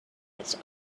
its